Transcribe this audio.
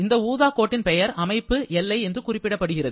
இந்த ஊதா கோட்டின் பெயர் அமைப்பு இல்லை என்று குறிப்பிடப்படுகிறது